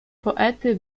poety